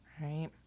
right